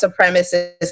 supremacists